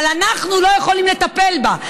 אבל אנחנו לא יכולים לטפל בה.